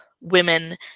women